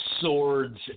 swords